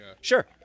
Sure